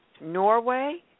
Norway